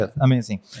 Amazing